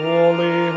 Holy